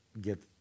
get